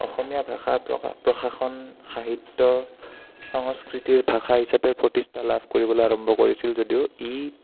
অসমীয়া ভাষা প্ৰকা প্ৰশাসন সাহিত্য সংস্কৃতিৰ ভাষা হিচাপে প্ৰতিষ্ঠা লাভ কৰিবলৈ আৰম্ভ কৰিছিল যদিও ই